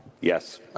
Yes